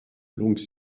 longue